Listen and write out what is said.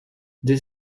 dès